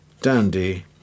dandy